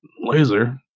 Laser